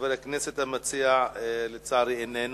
חבר הכנסת המציע, לצערי, איננו,